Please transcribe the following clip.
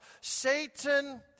Satan